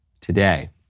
today